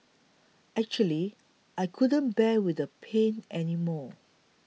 actually I couldn't bear with the pain anymore